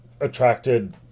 attracted